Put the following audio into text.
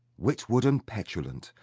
witwoud and petulant,